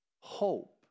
hope